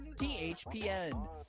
THPN